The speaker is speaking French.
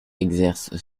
exerce